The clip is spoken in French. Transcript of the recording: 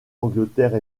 angleterre